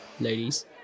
Ladies